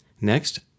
Next